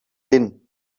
din